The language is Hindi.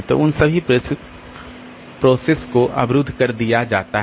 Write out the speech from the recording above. तो उन सभी प्रोसेस को अवरुद्ध कर दिया जाता है